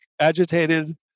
agitated